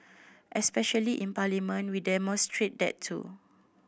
especially in Parliament we demonstrate that too